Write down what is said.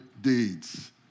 deeds